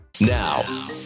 Now